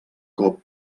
cop